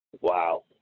Wow